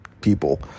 people